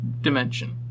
dimension